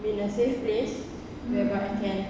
in a safe place whereby I can